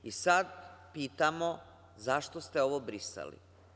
I sad, pitamo, zašto ste ovo brisali?